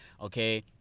Okay